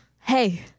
Hey